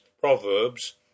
proverbs